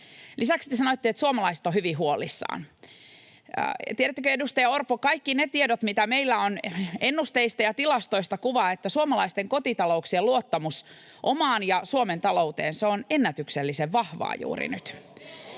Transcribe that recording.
Lisäksi te sanoitte, että suomalaiset ovat hyvin huolissaan. Tiedättekö, edustaja Orpo, kaikki ne tiedot, mitä meillä on ennusteista ja tilastoista, kuvaavat, että suomalaisten kotitalouksien luottamus omaan ja Suomen talouteen on ennätyksellisen vahvaa juuri nyt.